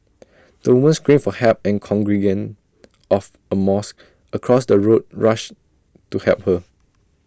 the woman screamed for help and congregants of A mosque across the road rushed to help her